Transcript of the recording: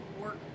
work